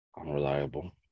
unreliable